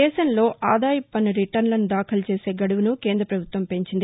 దేశంలో ఆదాయపు పన్ను రిటర్నులను దాఖలు చేసే గడువు ను కేంద పభుత్వం పెంచింది